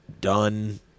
done